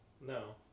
No